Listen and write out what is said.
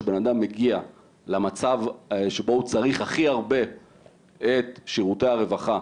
שבנאדם מגיע למצב שבו הוא צריך הכי הרבה את שירותי הרווחה,